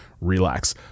relax